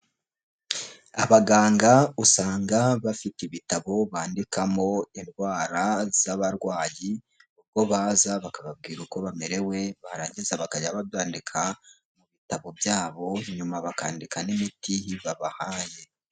Abaganga usanga bafite ibitabo bandikamo indwara z'abarwayi, ubwo baza bakababwira uko bamerewe barangiza bakajya babandika mu bitabo byabo, nyuma bakandika n'imiti babahaye.